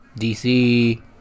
DC